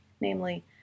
namely